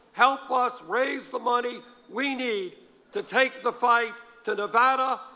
help us raise the money we need to take the fight to nevada,